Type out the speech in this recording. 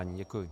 Děkuji.